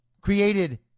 created